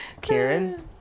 Karen